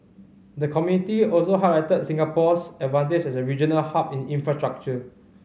the committee also highlighted Singapore's advantage as a regional hub in infrastructure